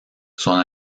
son